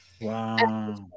Wow